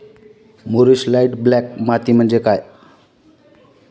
मूरिश light black माती म्हणजे काय?